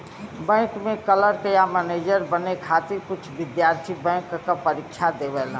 bank में clerk या manager बने खातिर कुछ विद्यार्थी बैंक क परीक्षा देवलन